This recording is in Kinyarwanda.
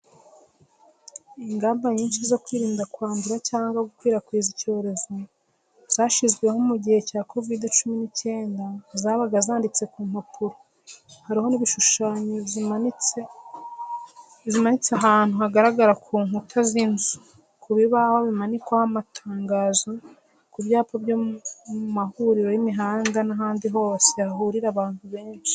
Ingamba nyinshi zo kwirinda kwandura cyangwa gukwirakwiza icyorezo, zashyizweho mu gihe cya kovide cumi n'icyenda; zabaga zanditse ku mpapuro, hariho n'ibishushanyo; zimanitse ahantu hagaragara ku nkuta z'inzu, ku bibaho bimanikwaho amatangazo, ku byapa byo mu mahuriro y'imihanda n'ahandi hose hahurira abantu benshi.